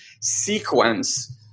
sequence